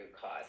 cause